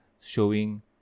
showing